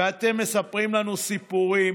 ואתם מספרים לנו סיפורים,